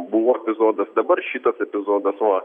buvo epizodas dabar šitas epizodas o